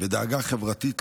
ודאגה חברתית,